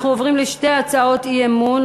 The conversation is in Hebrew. אנחנו עוברים לשתי הצעות אי-אמון,